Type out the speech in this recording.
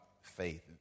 faith